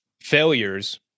failures